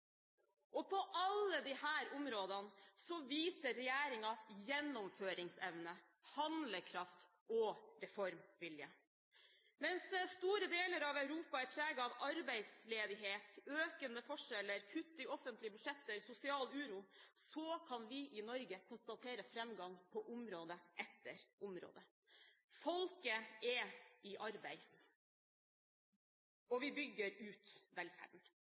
skatteseddelen. På alle disse områdene viser regjeringen gjennomføringsevne, handlekraft og reformvilje. Mens store deler av Europa er preget av arbeidsledighet, økende forskjeller, kutt i offentlige budsjetter og sosial uro, kan vi i Norge konstatere framgang på område etter område. Folket er i arbeid, og vi bygger ut velferden.